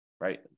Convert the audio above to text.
right